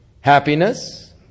happiness